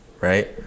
right